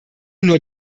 nur